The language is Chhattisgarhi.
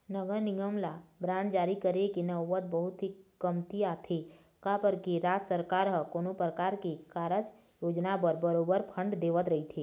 नगर निगम ल बांड जारी करे के नउबत बहुत ही कमती आथे काबर के राज सरकार ह कोनो परकार के कारज योजना बर बरोबर फंड देवत रहिथे